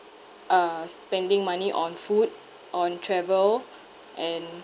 uh spending money on food on travel and